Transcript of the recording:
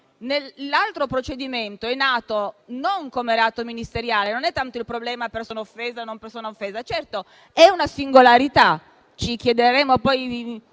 L'altro procedimento è nato non per un reato ministeriale (non è tanto il problema della persona offesa o non offesa); certo, è una singolarità, ma ci chiederemo poi